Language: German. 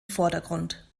vordergrund